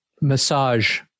massage